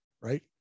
right